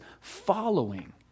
following